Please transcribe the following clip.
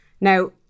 now